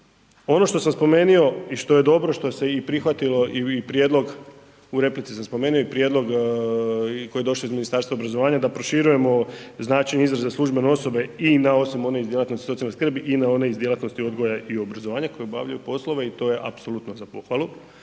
Ono što sam spomenuo i što je dobro i što se i prihvatilo i prijedlog u replici sam spomenuo i prijedlog koji je došao iz Ministarstva obrazovanja da proširujemo značenje izraza službene osobe i na osobe one iz djelatnosti socijalne skrbi i na one iz djelatnosti odgoja i obrazovanja koji obavljaju poslove i to je apsolutno za pohvalu.